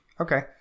Okay